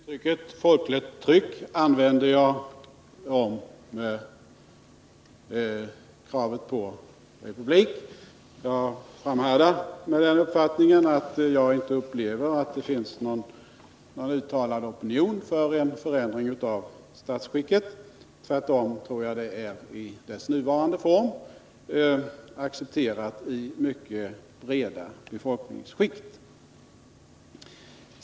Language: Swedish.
Herr talman! Formuleringen ”folkligt tryck” använde jag om kravet på republik. Jag framhärdar i min uppfattning att det inte finns någon uttalad opinion för en ändring av statskicket. Tvärtom tror jag att det är i sin nuvarande form accepterat i mycket breda befolkningsskikt.